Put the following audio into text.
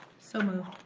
so moved.